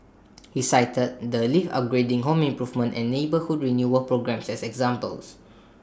he cited the lift upgrading home improvement and neighbourhood renewal programmes as examples